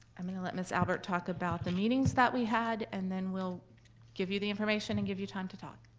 i mean to let miss albert talk about the meetings that we had and then we'll give you the information and give you time to talk.